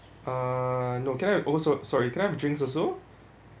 uh no can I also sorry can I have drinks also